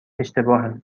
اشتباهه